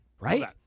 right